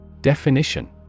Definition